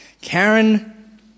Karen